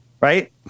Right